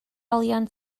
olion